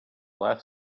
left